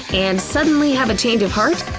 and suddenly have a change of heart,